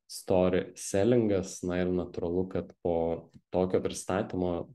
stori selingas na ir natūralu kad po tokio pristatymo